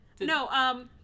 No